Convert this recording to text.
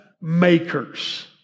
makers